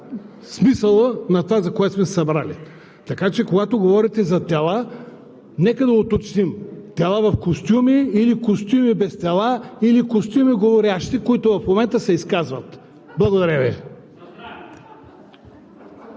смисъла на това, за което сме се събрали. Така че, когато говорите за тела, нека да уточним – тела в костюми или костюми без тела, или костюми говорящи, които в момента се изказват. Благодаря Ви.